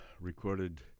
recorded